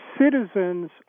citizens